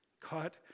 caught